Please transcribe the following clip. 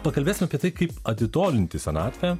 pakalbėsim apie tai kaip atitolinti senatvę